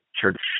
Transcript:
church